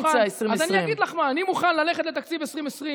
צריך להכניס באמצע 2020. אז אני אגיד לך מה: אני מוכן ללכת לתקציב 2020,